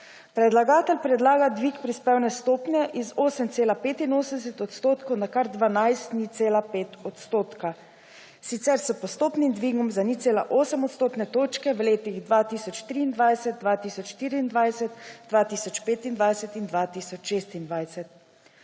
Predlagatelj predlaga dvig prispevne stopnje z 8,85 odstotka na kar 12,05 odstotka, sicer s postopnim dvigom za 0,8 odstotne točke v letih 2023, 2024, 2025 in 2026.